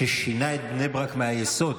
חבר הכנסת אשר היה ראש עיר ששינה את בני ברק מהיסוד,